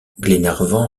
glenarvan